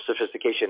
sophistication